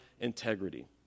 integrity